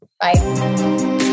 Bye